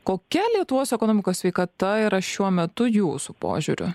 kokia lietuvos ekonomikos sveikata yra šiuo metu jūsų požiūriu